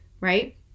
right